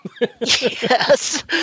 Yes